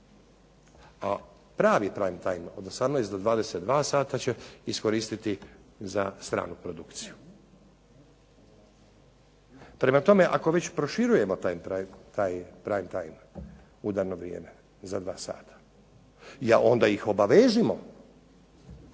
A pravi prime time od 18 do 22 sata će iskoristiti za stranu produkciju. Prema tome, ako već proširujemo taj prime time, udarno vrijeme za 2 sata, onda ih obavežimo